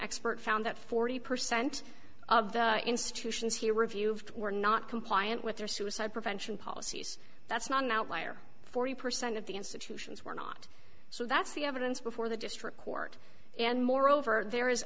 expert found that forty percent of the institutions here were veuve were not compliant with their suicide prevention policies that's not an outlier forty percent of the institutions were not so that's the evidence before the district court and moreover there is